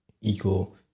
equal